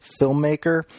filmmaker